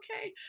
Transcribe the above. okay